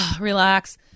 relax